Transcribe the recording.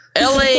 LA